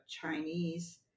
Chinese